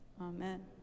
Amen